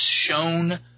shown